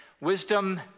Wisdom